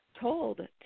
told